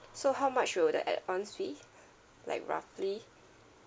so how much will the add ons be like roughly